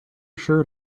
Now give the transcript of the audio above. shirt